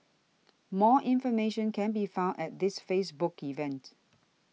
more information can be found at this Facebook event